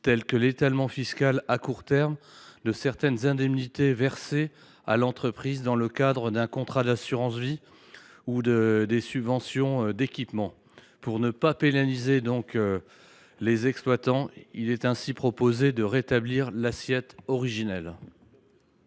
tels que l’étalement fiscal à court terme de certaines indemnités versées à l’entreprise dans le cadre d’un contrat d’assurance vie ou des subventions d’équipement. Aussi, afin de ne pas pénaliser les exploitants, cet amendement vise à rétablir l’assiette originelle.